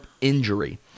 injury